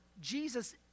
Jesus